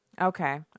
Okay